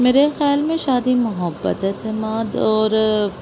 میرے خیال میں شادی محبت اعتماد اور